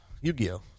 Yu-Gi-Oh